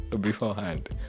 beforehand